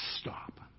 Stop